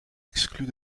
exclue